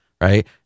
right